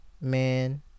Man